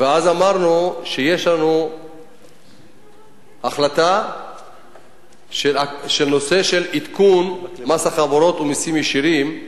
ואז אמרנו שיש לנו החלטה בנושא של עדכון מס החברות ומסים ישירים,